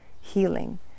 healing